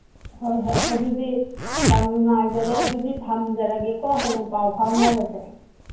ꯍꯣꯏ ꯍꯣꯏ ꯑꯗꯨꯗꯤ ꯌꯥꯝ ꯅꯨꯡꯉꯥꯏꯖꯔꯦ ꯑꯗꯨꯗꯤ ꯊꯝꯖꯔꯒꯦꯀꯣ ꯍꯌꯦꯡ ꯄꯥꯎ ꯐꯥꯎꯅꯔꯁꯦ